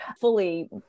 fully